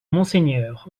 monseigneur